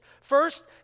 First